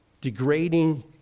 degrading